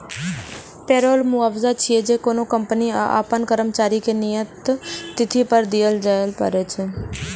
payroll मुआवजा छियै, जे कोनो कंपनी कें अपन कर्मचारी कें नियत तिथि पर दियै पड़ै छै